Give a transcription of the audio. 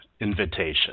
invitation